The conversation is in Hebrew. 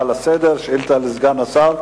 הצעת חוק בתי-הדין הדרוזים (תיקון, כשירות קאדים).